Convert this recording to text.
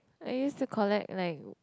I used to collect like